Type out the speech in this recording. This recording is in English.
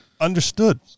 Understood